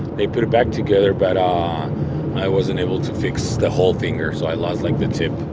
they put it back together, but i wasn't able to fix the whole finger, so i lost, like, the tip